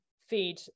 feed